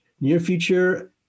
near-future